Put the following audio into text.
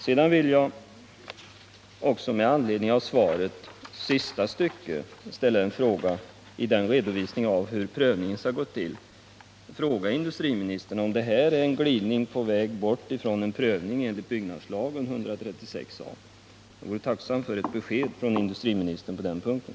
Sedan vill jag med anledning av svarets sista del, där det redovisas hur prövningen skall gå till, fråga industriministern, om detta innebär en glidning på väg bort från prövningen enligt byggnadslagen 136 a §? Jag vore tacksam för ett besked av industriministern på den punkten.